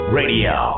radio